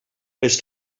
les